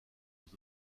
aux